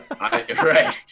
right